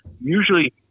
Usually